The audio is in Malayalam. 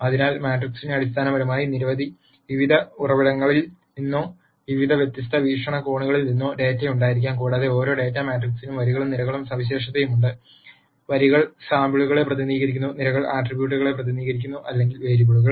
അതിനാൽ മാട്രിക്സിന് അടിസ്ഥാനപരമായി വിവിധ ഉറവിടങ്ങളിൽ നിന്നോ വിവിധ വ്യത്യസ്ത വീക്ഷണകോണുകളിൽ നിന്നോ ഡാറ്റ ഉണ്ടായിരിക്കാം കൂടാതെ ഓരോ ഡാറ്റാ മാട്രിക്സിനും വരികളും നിരകളും സവിശേഷതയുണ്ട് വരികൾ സാമ്പിളുകളെ പ്രതിനിധീകരിക്കുന്നു നിരകൾ ആട്രിബ്യൂട്ടുകളെയോ പ്രതിനിധീകരിക്കുന്നു അല്ലെങ്കിൽ വേരിയബിളുകൾ